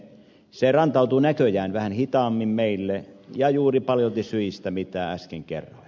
se rantautuu näköjään vähän hitaammin meille ja juuri paljolti syistä mitkä äsken kerroin